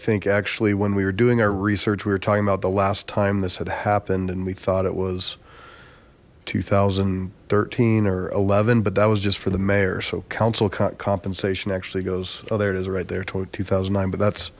think actually when we were doing our research we were talking about the last time this had happened and we thought it was two thousand and thirteen or eleven but that was just for the mayor so council cot compensation actually goes oh there it is right there totally two thousand and nine but that's